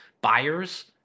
buyers